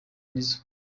nizzo